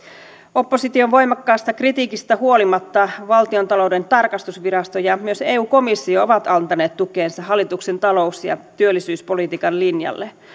opposition voimakkaasta kritiikistä huolimatta valtiontalouden tarkastusvirasto ja myös eu komissio ovat antaneet tukensa hallituksen talous ja työllisyyspolitiikan linjalle